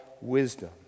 wisdom